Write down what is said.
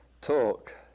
talk